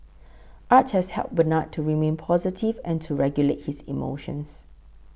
art has helped Bernard to remain positive and to regulate his emotions